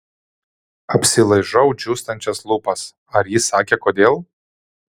apsilaižau džiūstančias lūpas ar jis sakė kodėl